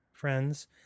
friends